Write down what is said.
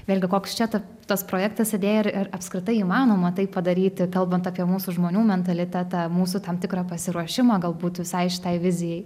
vėlgi koks čia tas projektas idėja ir apskritai ar įmanoma tai padaryti kalbant apie mūsų žmonių mentalitetą mūsų tam tikrą pasiruošimą galbūt visai šitai vizijai